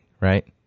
Right